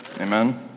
Amen